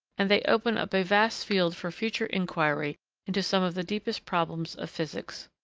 and they open up a vast field for future inquiry into some of the deepest problems of physics.